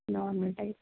normal type